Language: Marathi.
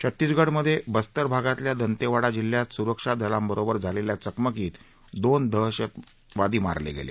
छत्तीसगडमधे बस्तर भागातल्या दंतेवाडा जिल्ह्यात सुरक्षा दलांबरोबर झालेल्या चकमकीत दोन नक्षलवादी मारले गेले